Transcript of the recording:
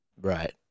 Right